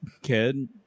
kid